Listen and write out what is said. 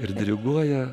ir diriguoja